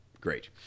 Great